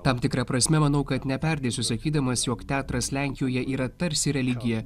tam tikra prasme manau kad neperdėsiu sakydamas jog teatras lenkijoje yra tarsi religija